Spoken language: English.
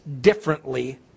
differently